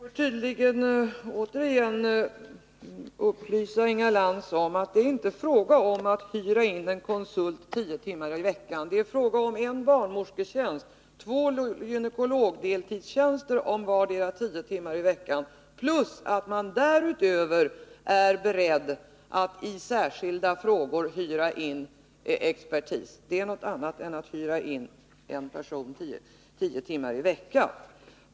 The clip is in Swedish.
Herr talman! Jag får tydligen återigen upplysa Inga Lantz om att det inte är fråga om att hyra in en konsult tio timmar i veckan. Det är fråga om en barnmorsketjänst, två gynekologdeltidstjänster om vardera tio timmar i veckan plus att man därutöver är beredd att i särskilda frågor hyra in expertis. Det är något annat än att hyra in en person tio timmar i veckan.